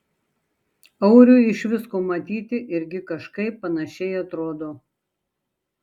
auriui iš visko matyti irgi kažkaip panašiai atrodo